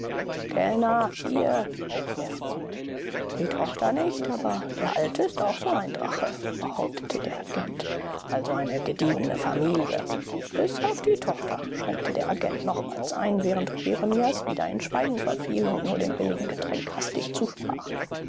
kellner bier rief er die tochter nicht aber die alte ist auch so ein drache behauptete der agent also eine gediegene familie bis auf die tochter schränkte der agent nochmals ein während jeremias wieder in schweigen verfiel und nur dem billigen getränk hastig zusprach